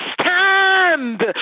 stand